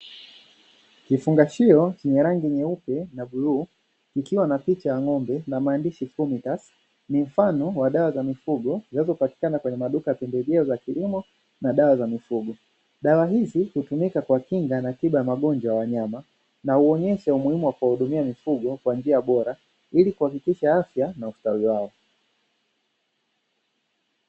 Kifungashio chenye rangi ya nyeupe na bluu kikiwa na picha ya ng’ombe na maandishi "fomitasi", ni mfano wa dawa za mifugo zinazopatikana kwenye maduka ya pembejeo za kilimo na dawa za mifugo. Dawa hizi hutumika kuwakinga na tiba ya magonjwa ya wanyama na huonyesha umuhimu wa kuwahudumia mifugo kwa njia njia bora ili kuhakikisha ustawi wao.